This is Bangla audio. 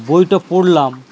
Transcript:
বইটা পড়লাম